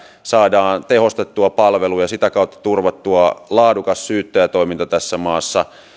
saadaan tehostettua palvelua ja sitä kautta turvattua laadukas syyttäjätoiminta tässä maassa